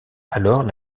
alors